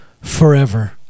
forever